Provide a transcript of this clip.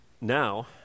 now